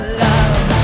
love